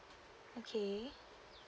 okay